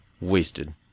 Wasted